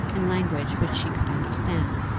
in language which she could understand,